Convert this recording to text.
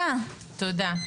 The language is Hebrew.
תודה.